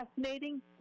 fascinating